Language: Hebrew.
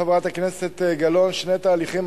חברת הכנסת גלאון,